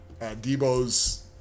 Debo's